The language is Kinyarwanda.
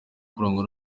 kurangwa